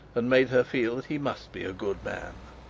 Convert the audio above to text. and made her feel that he must be a good man.